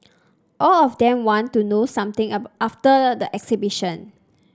a of them want to do something after the exhibition